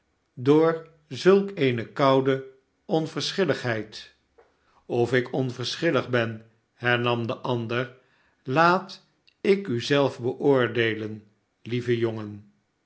door zulk eene koude onverschilligheid of ik onverschillig ben hernam de ander tlaat ik u zelf beoordeelen lieve jongen